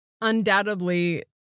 undoubtedly